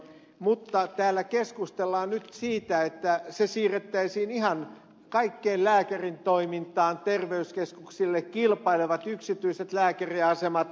mutta täällä keskustellaan nyt siitä että se siirrettäisiin ihan kaikkeen lääkärintoimintaan terveyskeskuksiin kilpaileviin yksityisiin lääkäriasemiin